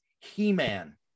He-Man